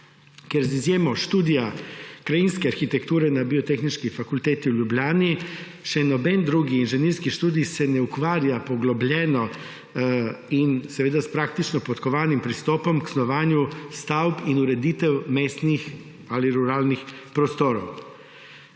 Ker z izjemo študija krajinske arhitekture na Biotehniški fakulteti v Ljubljani se še noben drug inženirski študij ne ukvarja poglobljeno in s praktično podkovanim pristopom k snovanju stavb in ureditve mestnih ali ruralnih prostorov.